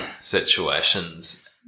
situations